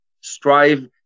Strive